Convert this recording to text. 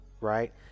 Right